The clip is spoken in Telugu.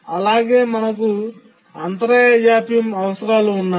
అలాగే మాకు అంతరాయ జాప్యం అవసరాలు ఉన్నాయి